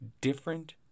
Different